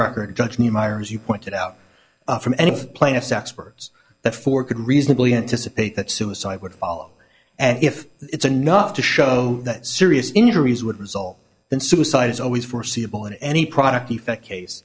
record judge niemeyer as you pointed out from any plaintiff's experts that four could reasonably anticipate that suicide would follow and if it's enough to show that serious injuries would result in suicide is always foreseeable in any product defect case